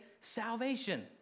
salvation